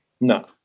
No